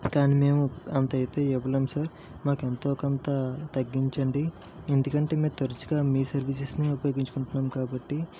కానీ మేము అంత అయితే ఇవ్వలేము సార్ మాకు ఎంతో కొంత తగ్గించండి ఎందుకంటే మేము తరచుగా మీ సర్వీసెస్ని ఉపయోగించుకుంటున్నాం కాబట్టి